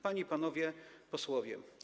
Panie i Panowie Posłowie!